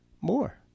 more